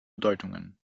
bedeutungen